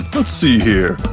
let's see here,